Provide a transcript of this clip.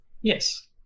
Yes